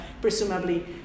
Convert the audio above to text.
presumably